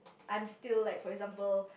I'm still like for example